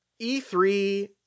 E3